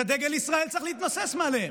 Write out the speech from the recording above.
שדגל ישראל צריך להתנוסס מעליהם.